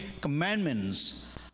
commandments